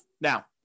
Now